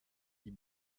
die